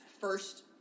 first